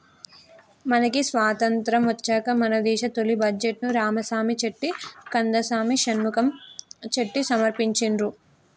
మనకి స్వతంత్రం వచ్చాక మన దేశ తొలి బడ్జెట్ను రామసామి చెట్టి కందసామి షణ్ముఖం చెట్టి సమర్పించిండ్రు